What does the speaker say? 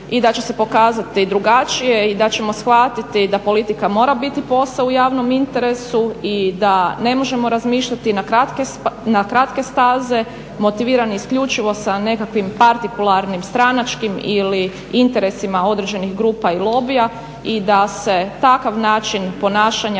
I da će se pokazati drugačije i da ćemo shvatiti da politika mora biti posao u javnom interesu i da ne možemo razmišljati na kratke staze, motiviran je isključivo sa nekakvim partikularnim, stranačkim ili interesima određenih grupa i lobija i da se takav način ponašanja